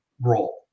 role